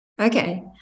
Okay